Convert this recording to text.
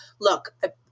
look